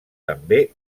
també